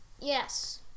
Yes